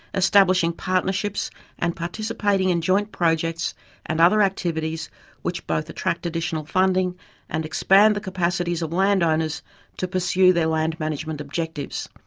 establishing partnerships and participating in joint projects and other activities which both attract additional funding and expand the capacities of land owners to pursue their land management objectives.